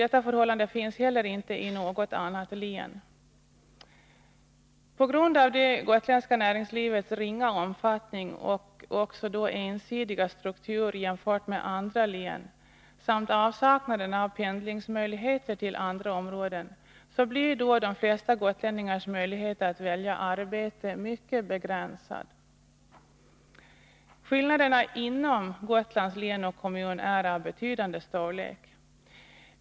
Detta förhållande råder inte i något annat län. På grund av det gotländska näringslivets ringa omfattning och även ensidiga struktur jämfört med andra län samt avsaknaden av pendlingsmöjligheter till andra områden, blir de flesta gotlänningars möjlighet att välja arbete mycket begränsad. Skillnaderna inom Gotlands län och kommun är av betydande storlek.